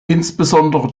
insbesondere